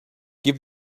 give